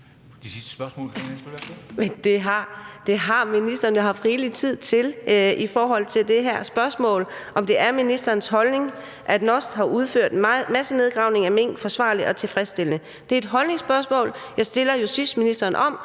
Det har ministeren jo haft rigelig tid til i forhold til det her spørgsmål om, om det er ministerens holdning, at NOST har udført massenedgravningen af mink forsvarligt og tilfredsstillende. Det er et holdningsspørgsmål, jeg stiller justitsministeren.